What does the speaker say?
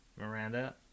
Miranda